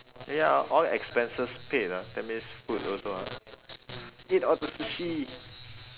ya ah the expenses paid ah that means food also ah eat all the sushi